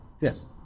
Yes